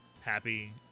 happy